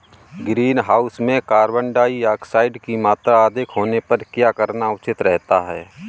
Greenhouse में carbon dioxide की मात्रा अधिक होने पर क्या करना उचित रहता है?